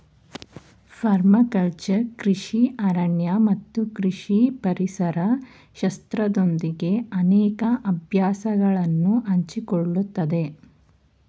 permaculture ಕೃಷಿ ಅರಣ್ಯ ಮತ್ತು ಕೃಷಿ ಪರಿಸರ ಶಾಸ್ತ್ರದೊಂದಿಗೆ ಅನೇಕ ಅಭ್ಯಾಸಗಳನ್ನು ಹಂಚಿಕೊಳ್ಳುತ್ತದೆ